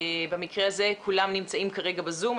במקרה הזה כולם נמצאים כרגע בזום,